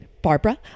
Barbara